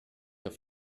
auf